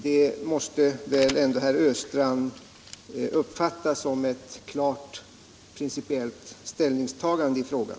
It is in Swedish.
Det måste väl ändå herr Östrand uppfatta som ett klart principiellt ställningstagande i frågan.